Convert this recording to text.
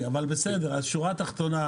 נושא התעשייה